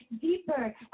deeper